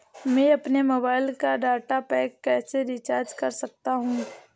मैं अपने मोबाइल का डाटा पैक कैसे रीचार्ज कर सकता हूँ?